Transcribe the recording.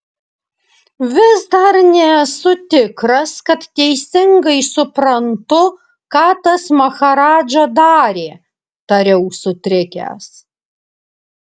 vis dar nesu tikras kad teisingai suprantu ką tas maharadža darė tariau sutrikęs